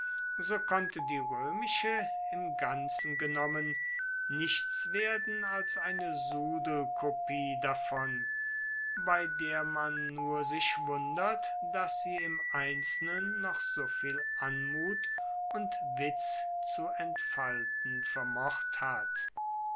so konnte die roemische im ganzen genommen nichts werden als eine sudelkopie davon bei der man nur sich wundert dass sie im einzelnen noch so viel anmut und witz zu entfalten vermocht hat